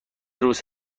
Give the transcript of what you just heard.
روز